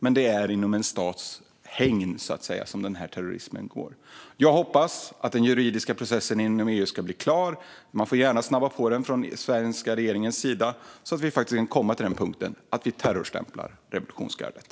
Men det är inom en stats hägn, så att säga, som denna terrorism pågår. Jag hoppas att den juridiska processen inom EU ska bli klar. Man får gärna snabba på den från den svenska regeringens sida, så att vi faktiskt kan komma till den punkten att vi terrorstämplar revolutionsgardet.